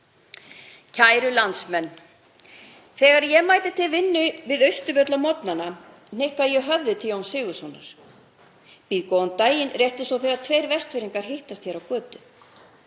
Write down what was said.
Kæru landsmenn. Þegar ég mæti til vinnu við Austurvöll á morgnana nikka ég höfði til Jóns Sigurðssonar, býð góðan daginn, rétt eins og þegar tveir Vestfirðingar hittast hér á götu.